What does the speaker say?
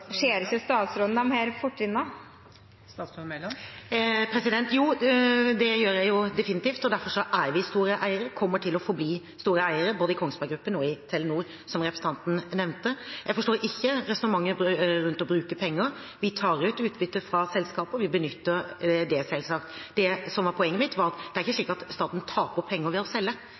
Ser ikke statsråden disse fortrinnene? Jo, det gjør jeg definitivt, og derfor er vi store eiere, og kommer til å forbli store eiere, både i Kongsberg Gruppen og i Telenor, som representanten nevnte. Jeg forstår ikke resonnementet rundt å bruke penger. Vi tar ut utbytte fra selskaper og benytter det selvsagt. Det som var poenget mitt, var at det er ikke slik at staten taper penger ved å selge.